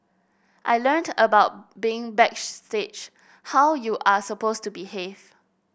I learnt about being backstage how you are supposed to behave